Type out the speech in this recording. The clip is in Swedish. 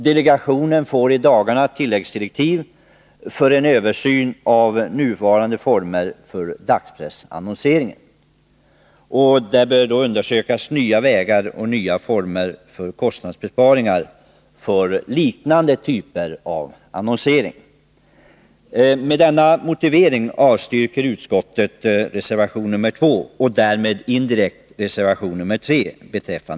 Delegationen får i dagarna tilläggsdirektiv för en översyn av nuvarande former för dagspressannonsering. Det bör undersökas nya vägar och nya former för kostnadsbesparingar för liknande typer av annonsering. Till sist vill jag säga några ord om några motioner som behandlar skatteförvaltningen och behovet av särskilda utbildningsinsatser för berörd personal.